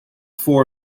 four